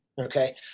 Okay